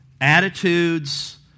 attitudes